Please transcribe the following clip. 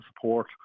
support